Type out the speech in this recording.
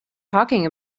talking